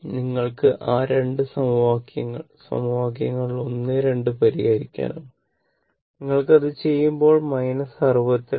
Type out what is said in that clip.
നിങ്ങൾക്ക് ആ 2 സമവാക്യങ്ങളിൽ സമവാക്യങ്ങൽൾ 1 2 പരിഹരിക്കാനാകും നിങ്ങൾക്ക് അത് ചെയ്യുമ്പോൾ 62